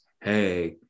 hey